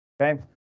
okay